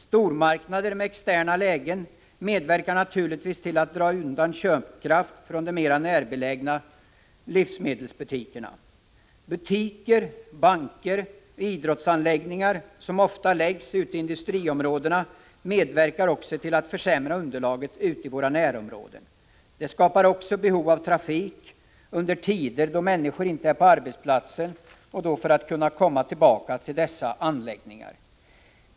Stormarknader med externa lägen medverkar naturligtvis till att dra undan köpkraften från de mer närbelägna livsmedelsbutikerna. Butiker, banker och idrottsanlägg ningar, som ofta läggs i industriområden, medverkar också till att försämra | underlaget i våra närområden. Det skapar också ett behov av trafik för att människorna skall kunna komma till dessa anläggningar.